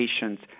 patients